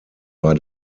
war